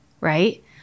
right